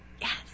Yes